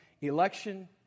election